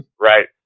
Right